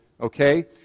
okay